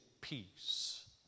peace